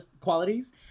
qualities